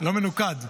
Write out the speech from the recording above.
לא מנוקד,